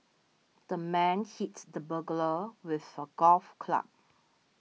the man hits the burglar with a golf club